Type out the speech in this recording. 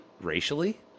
racially